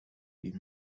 die